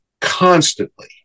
constantly